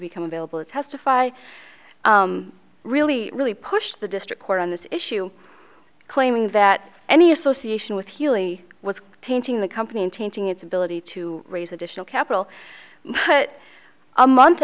become available to testify really really pushed the district court on this issue claiming that any association with healey was tainting the company tainting its ability to raise additional capital but a month